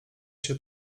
się